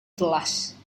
kelas